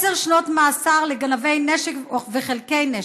עשר שנות מאסר לגנבי נשק וחלקי נשק.